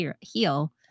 heal